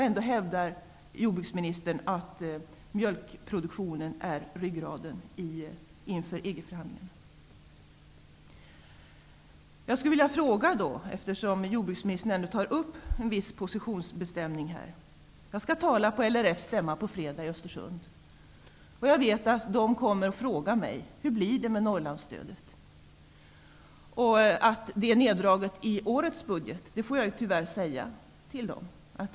Ändå hävdar jordbruksministern att mjölkproduktionen är ryggraden inför EG-förhandlingarna! Eftersom jordbruksministern talar om en viss positionsbestämning, vill jag ställa en fråga. Jag skall tala på LRF:s stämma i Östersund. Jag vet att man där kommer att fråga mig hur det blir med Norrlandsstödet. Jag får tyvärr säga att stödet är neddraget i årets budget.